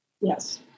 Yes